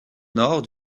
nord